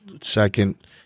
second